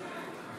נגד אפשר